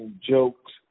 jokes